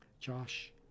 Josh